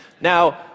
Now